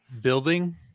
building